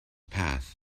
path